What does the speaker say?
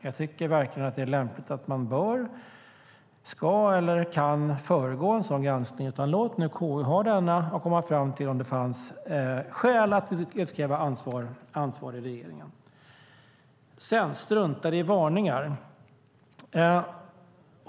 Jag tycker varken att man bör, ska eller kan föregå en sådan granskning, utan låt nu KU göra denna och komma fram till om det finns skäl att utkräva ansvar av regeringen. Sedan har vi detta med att strunta i varningar.